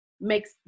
Makes